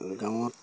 গাঁৱত